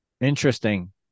Interesting